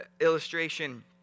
illustration